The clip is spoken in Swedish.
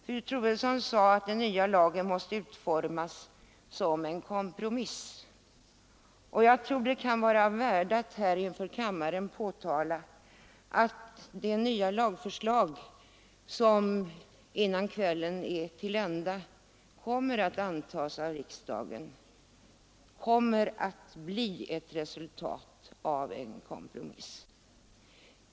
Fru Troedsson sade att den nya lagen måste utformas som en kompromiss, och jag tror att det kan vara av värde att här inför kammaren påtala att det nya lagförslag som innan kvällen är till ända kommer att antas av riksdagen är ett resultat av en kompromiss.